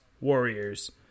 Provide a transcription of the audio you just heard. Warriors